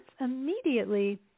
immediately